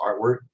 artwork